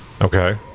Okay